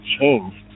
changed